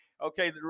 Okay